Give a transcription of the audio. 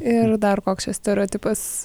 ir dar koks čia stereotipas